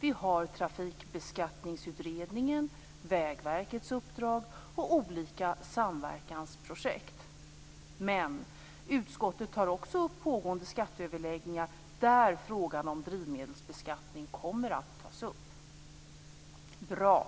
Vi har Trafikbeskattningsutredningen, Vägverkets uppdrag och olika samverkansprojekt, men utskottet tar också upp de pågående skatteöverläggningarna där frågan om drivmedelsbeskattning kommer att tas upp. Det är bra.